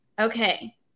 Okay